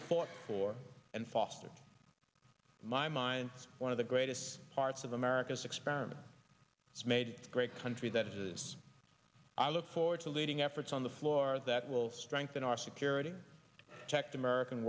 ht for and fostered my mind as one of the greatest parts of america's experiment has made a great country that has i look forward to leading efforts on the floor that will strengthen our security checked american